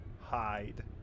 Hide